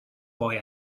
boy